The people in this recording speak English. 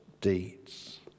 deeds